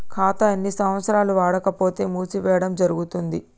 ఖాతా ఎన్ని సంవత్సరాలు వాడకపోతే మూసివేయడం జరుగుతుంది?